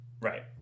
Right